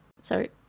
sorry